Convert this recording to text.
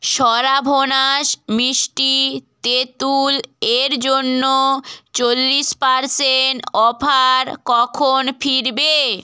সরাভোনাস মিষ্টি তেঁতুল এর জন্য চল্লিশ পারসেন্ট অফার কখন ফিরবে